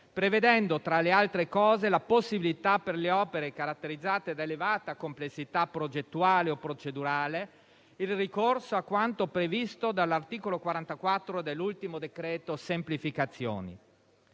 prevedendo, tra le altre cose, la possibilità, per le opere caratterizzate da elevata complessità progettuale o procedurale, il ricorso a quanto previsto dall'articolo 44 dell'ultimo decreto-legge semplificazioni.